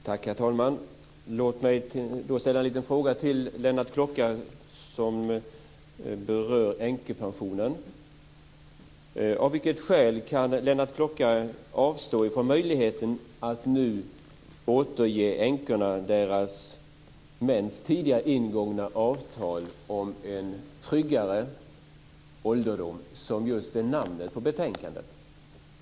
Herr talman! Låt mig ställa en fråga till Lennart Klockare, som berör änkepensionen. Av vilket skäl kan Lennart Klockare avstå från möjligheten att nu återge änkorna deras mäns tidigare ingångna avtal om en tryggare ålderdom, det som just är namnet på betänkandet?